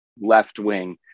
left-wing